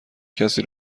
کسی